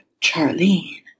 Charlene